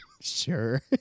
Sure